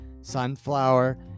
sunflower